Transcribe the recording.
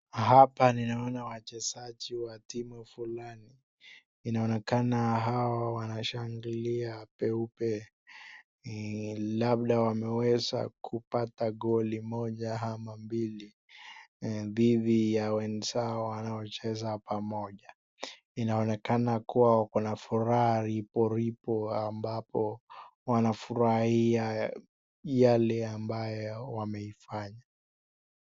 Hapa ninaona wachezaji wa timu fulani, inaonekana wao wanashangilia peupe, labda wameweza kupata goli moja ama mbili dhidi ya wenzao wanao cheza pamoja, Inaonekana kuwa wako na furaha riboribo ambapo, wanafurahia yale ambaye wameifanya.